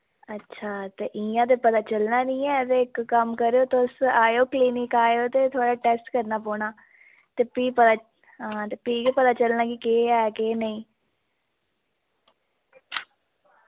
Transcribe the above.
अच्छा ते इ'य्यां ते पता चलना नी ऐ ते इक कम्म करेओ तुस आयो क्लिनिक आयो ते थुआढ़ा टैस्ट करना पौना ते फ्ही पता हां ते फ्ही गै पता चलना कि केह् ऐ केह् नेईं